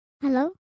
Hello